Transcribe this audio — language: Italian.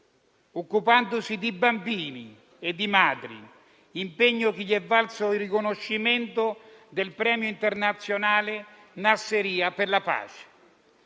occupandosi di bambini e di madri; impegno che gli è valso il riconoscimento del Premio internazionale Nassiriya per la pace.